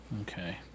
Okay